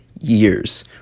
years